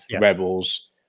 Rebels